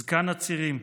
זקן הצירים.